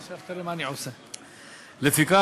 לפיכך,